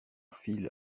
fil